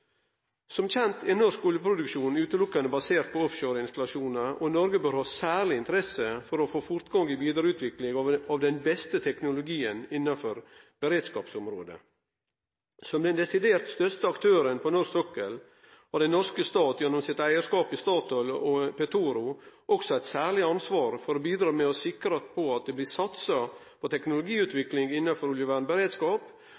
Som kjent er norsk oljeproduksjon utelukkande basert på offshoreinstallasjonar, og Noreg bør ha særleg interesse av å få fortgang i vidareutvikling av den beste teknologien innafor beredskapsområdet. Som den desidert største aktøren på norsk sokkel har den norske staten, gjennom sitt eigarskap i Statoil og Petoro, også eit særleg ansvar for å bidra med å sikre at det blir satsa på